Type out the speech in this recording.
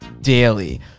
daily